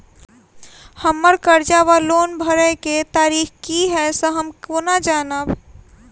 हम्मर कर्जा वा लोन भरय केँ तारीख की हय सँ हम केना जानब?